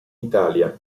italia